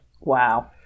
Wow